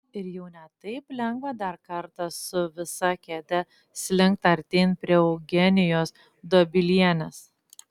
ir jau ne taip lengva dar kartą su visa kėde slinkt artyn prie eugenijos dobilienės